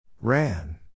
Ran